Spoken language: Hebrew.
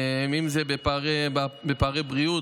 אם פערי בריאות,